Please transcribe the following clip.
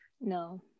No